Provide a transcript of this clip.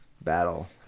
battle